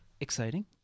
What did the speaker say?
exciting